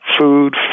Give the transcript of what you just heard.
food